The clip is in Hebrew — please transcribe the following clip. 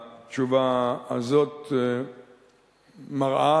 התשובה הזאת מראה